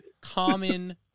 common